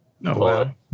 No